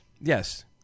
yes